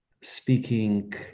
speaking